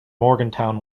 morgantown